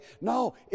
No